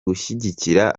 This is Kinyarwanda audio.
gushyigikira